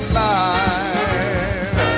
Alive